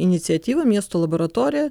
iniciatyvą miesto laboratorija